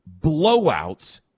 blowouts